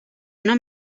una